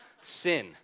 sin